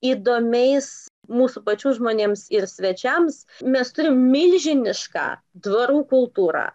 įdomiais mūsų pačių žmonėms ir svečiams mes turim milžinišką dvarų kultūrą